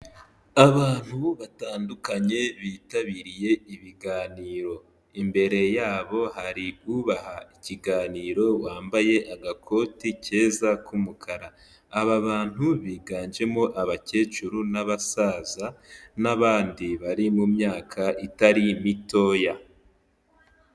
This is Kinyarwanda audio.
Abantu batandukanye, bitabiriye ibiganiro, imbere yabo hari ubaha ikiganiro, wambaye agakoti keza k'umukara, aba bantu biganjemo abakecuru n'abasaza, n'abandi bari mu myaka itari mitoya.